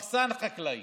מחסן חקלאי,